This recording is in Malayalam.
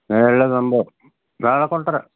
അങ്ങനെയെല്ലാമാണു സംഭവം നാളെ കൊണ്ടുവരാം